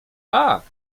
tak